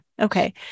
okay